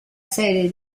serie